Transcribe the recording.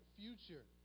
future